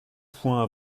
points